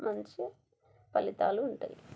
మంచి ఫలితాలు ఉంటాయి